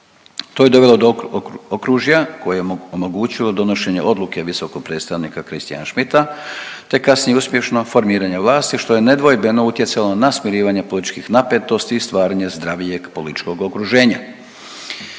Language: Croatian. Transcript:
To je dovelo do okružje koje je omogućilo donošenje odluke visokog predstavnika Christiana Schmidta, te kasnije uspješno formiranje vlasti, što je nedvojbeno utjecalo na smirivanje političkih napetosti i stvaranje zdravijeg političkog okruženja.